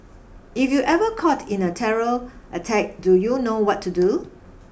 if you ever caught in a terror attack do you know what to do